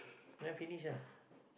then finish ah